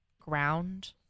ground